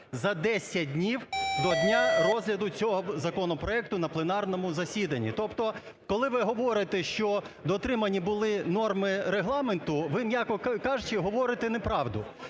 за 10 днів до дня розгляду цього законопроекту на пленарному засіданні. Тобто, коли ви говорите, що дотримані були норми Регламенту, ви, м'яко кажучи, говорите неправду